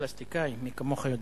לפלסטיקאים, מי כמוך יודע.